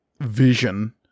vision